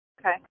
Okay